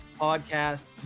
Podcast